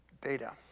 data